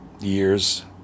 years